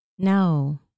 No